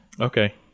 okay